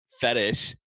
fetish